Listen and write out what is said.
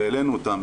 והעלינו אותן,